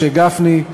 משה גפני,